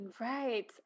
Right